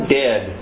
dead